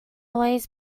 always